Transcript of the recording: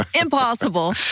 Impossible